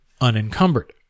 unencumbered